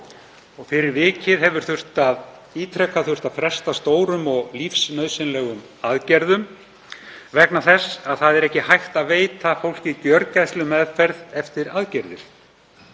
á. Fyrir vikið hefur ítrekað þurft að fresta stórum og lífsnauðsynlegum aðgerðum vegna þess að ekki er hægt að veita fólki í gjörgæslumeðferð eftir aðgerðir.